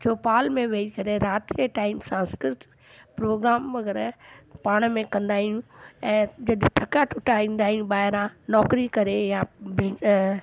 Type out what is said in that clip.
चौपाल में वेही करे राति के टाइम सांस्कृत प्रोग्राम वग़ैरह पाण में कंदा आहियूं ऐं जॾहिं थका टूका ईंदा आहिंयूं ॿाहिरां नौकिरी करे या बिज़नै अ